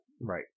right